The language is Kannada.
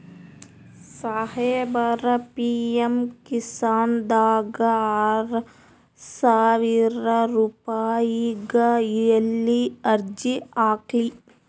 ಸಾಹೇಬರ, ಪಿ.ಎಮ್ ಕಿಸಾನ್ ದಾಗ ಆರಸಾವಿರ ರುಪಾಯಿಗ ಎಲ್ಲಿ ಅರ್ಜಿ ಹಾಕ್ಲಿ?